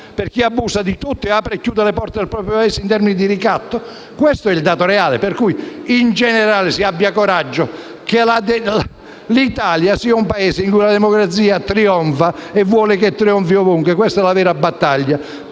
Per chi abusa di tutti e apre e chiude le porte del proprio Paese in termini di ricatto? Questo è il dato reale. Quindi, in generale si abbia coraggio: l'Italia sia un Paese in cui la democrazia trionfa e che vuole che trionfi ovunque. Questa è la vera battaglia.